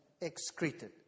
excreted